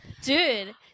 Dude